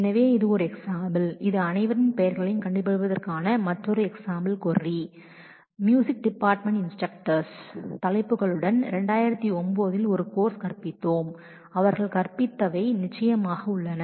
எனவே இது ஒரு எக்ஸாம்பிள் இது அனைவரின் பெயர்களையும் கண்டுபிடிப்பதற்கான மற்றொரு எக்ஸாம்பிள் கொரி மியூசிக் டிபார்ட்மெண்ட் என்பதில் உள்ள இன்ஸ்டரக்டர்ஸ் பெயர் கண்டுபிடிப்பது நாம் ஒரு கோர்ஸ் கற்பித்தோம் 2009 இல் கற்பிக்கப்பட்ட கோர்ஸ்களின் கோடுகளின் தலைப்புகள் உடன்